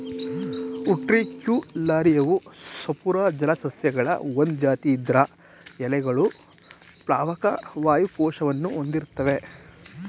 ಉಟ್ರಿಕ್ಯುಲಾರಿಯವು ಸಪೂರ ಜಲಸಸ್ಯಗಳ ಒಂದ್ ಜಾತಿ ಇದ್ರ ಎಲೆಗಳು ಪ್ಲಾವಕ ವಾಯು ಕೋಶವನ್ನು ಹೊಂದಿರ್ತ್ತವೆ